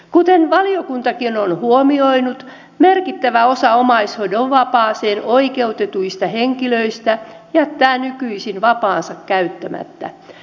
kuten valiokuntakin on huomioinut merkittävä osa omaishoidon vapaaseen oikeutetuista henkilöistä jättää nykyisin vapaansa käyttämättä